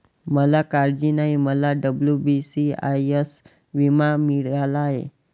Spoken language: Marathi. मला काळजी नाही, मला डब्ल्यू.बी.सी.आय.एस विमा मिळाला आहे